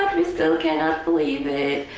we still can't believe it.